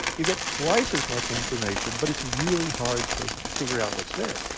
you get twice as much information, but it's really hard to figure out what's there.